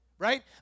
Right